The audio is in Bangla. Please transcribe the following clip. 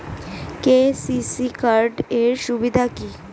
কে.সি.সি কার্ড এর সুবিধা কি?